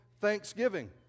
Thanksgiving